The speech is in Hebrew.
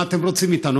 מה אתם רוצים מאתנו?